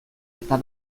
eta